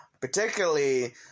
Particularly